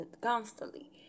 constantly